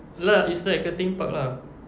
lah it's like a theme park lah